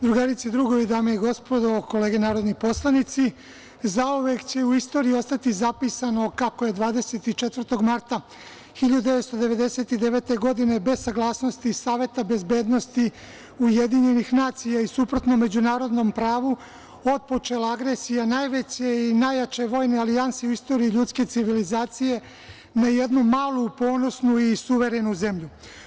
Drugarice i drugovi, dame i gospodo, kolege narodni poslanici, zauvek će istoriji ostati zapisano kako je 24. marta 1999. godine, bez saglasnosti Saveta bezbednosti UN i suprotno međunarodnom pravu, otpočela agresija najveće i najjače vojne alijanse u istoriji ljudske civilizacije na jednu malu ponosnu i suverenu zemlju.